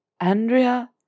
Andrea